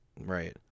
Right